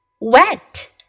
wet